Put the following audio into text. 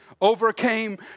overcame